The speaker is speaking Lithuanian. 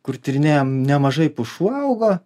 kur tyrinėjam nemažai pušų augo